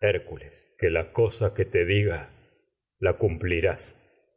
hércules hil lo que la yo si cosa que a te diga la cumplirás